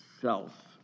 self